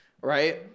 right